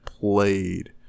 played